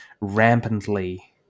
rampantly